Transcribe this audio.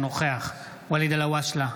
אינו נוכח ואליד אלהואשלה,